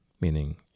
meaning